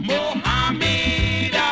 Mohammed